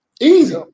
Easy